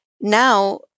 Now